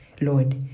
Lord